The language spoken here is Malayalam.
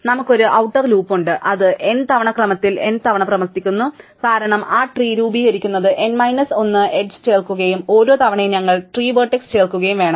നമുക്ക് ഒരു ഔട്ടർ ലൂപ്പ് ഉണ്ട് അത് n തവണ ക്രമത്തിൽ n തവണ പ്രവർത്തിക്കുന്നു കാരണം ആ ട്രീ രൂപീകരിക്കുന്നതിന് n മൈനസ് 1 എഡ്ജ് ചേർക്കുകയും ഓരോ തവണയും ഞങ്ങൾ ട്രീ വെർട്ടെക്സ് ചേർക്കുകയും വേണം